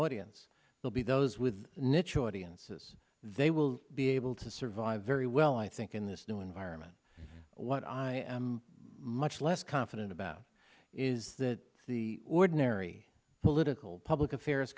yes they'll be those with niche audiences they will be able to survive very well i think in this new environment what i am much less confident about is that the ordinary political public affairs